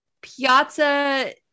Piazza